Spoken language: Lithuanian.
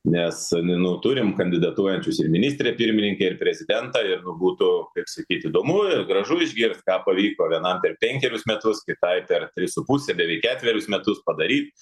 nes ne nu turim kandidatuojančius ir ministrę pirmininkę ir prezidentą ir nu būtų kaip sakyt įdomu ir gražu išgirst ką pavyko vienam per penkerius metus kitai per tris su puse beveik ketverius metus padaryt